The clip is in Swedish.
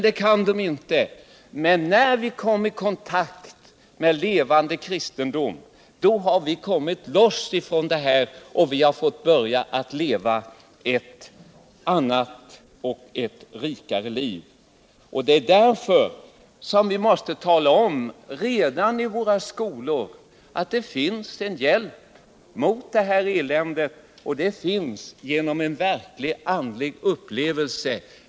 Det kan de inte, men Torsdagen den när vi kom i kontakt med levande kristendom har vi kommit loss och fått I juni 1978 börja leva ett annat och rikare liv. Det är därför vi måste tala om redan i våra skolor att det finns en hjälp mot det här eländet, och den hjälpen får man genom en verklig andlig upplevelse.